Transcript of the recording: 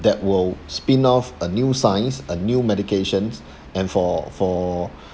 that will spin off a new science a new medications and for for